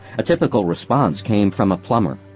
a typical response came from a plumber